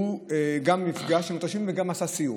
הוא נפגש עם אנשים וגם עשה סיור,